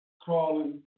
crawling